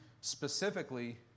specifically